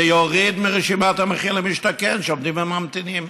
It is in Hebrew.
זה יוריד מרשימת המחיר למשתכן זוגות שעומדים וממתינים.